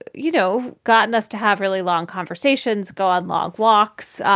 you know, gotten us to have really long conversations, go on long walks,